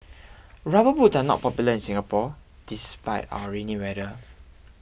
rubber boots are not popular in Singapore despite our rainy weather